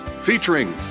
Featuring